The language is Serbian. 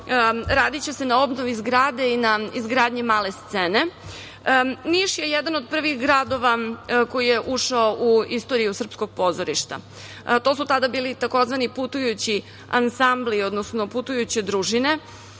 radiće se na obnovi zgrade i na izgradnje male scene. Niš je jedan od prvih gradova koji je ušao u istoriju srpskog pozorišta. To su tada bili tzv. putujući ansambli, odnosno putujuće družine.